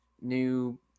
new